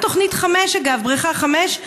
גם לגבי בריכה 5,